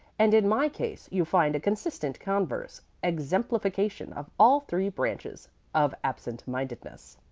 and in my case you find a consistent converse exemplification of all three branches of absent-mindedness.